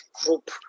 group